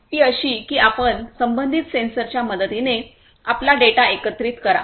ती अशी की आपण संबंधित सेन्सरच्या मदतीने आपला डेटा एकत्रित करा